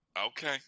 Okay